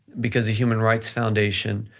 because the human rights foundation